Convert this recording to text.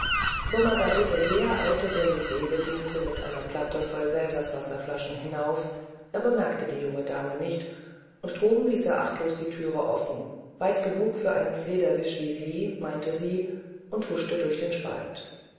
vor margarete her eilte der livreebediente mit einer platte voll selterswasserflaschen hinauf er bemerkte die junge dame nicht und droben ließ er achtlos die thüre offen weit genug für einen flederwisch wie sie meinte sie und huschte durch den spalt